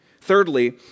Thirdly